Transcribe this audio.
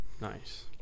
Nice